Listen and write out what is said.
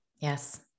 Yes